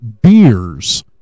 Beers